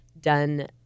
done